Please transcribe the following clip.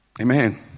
amen